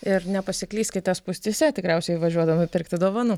ir nepasiklyskite spūstyse tikriausiai važiuodami pirkti dovanų